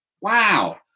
wow